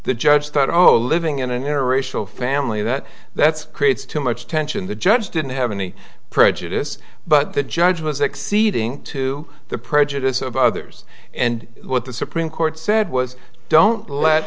the judge thought oh a living in an interracial family that that's creates too much tension the judge didn't have any prejudice but the judge was exceeding to the prejudice of others and what the supreme court said was don't let